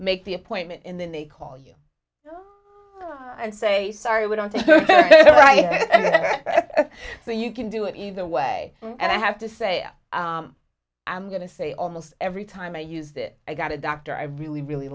make the appointment and then they call you and say sorry we don't think right so you can do it either way and i have to say i'm going to say almost every time i used it i got a doctor i really really